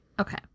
okay